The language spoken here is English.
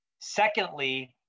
Secondly